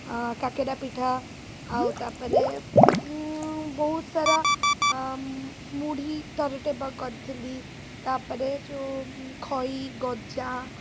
ଆଁ କାକେରା ପିଠା ଆଉ ତା'ପରେ ବହୁତ ସାରା ମୁଢ଼ି ଥରଟେ ବା କରିଥିଲି ତା'ପରେ ଯେଉଁ ଖଈ ଗଜା